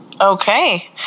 Okay